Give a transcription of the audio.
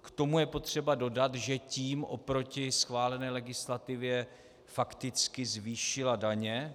K tomu je potřeba dodat, že tím oproti schválené legislativě fakticky zvýšila daně.